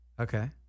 Okay